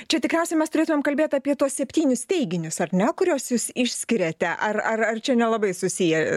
čia tikriausiai mes turėtumėm kalbėt apie tuos septynis teiginius ar ne kuriuos jūs išskiriate ar ar ar čia nelabai susiję